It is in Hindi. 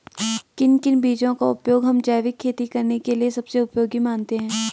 किन किन बीजों का उपयोग हम जैविक खेती करने के लिए सबसे उपयोगी मानते हैं?